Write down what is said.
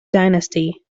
dynasty